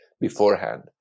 beforehand